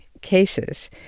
cases